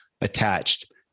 attached